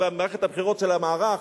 במערכת הבחירות של המערך,